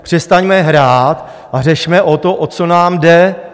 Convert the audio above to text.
Přestaňme hrát a řešme to, o co nám jde.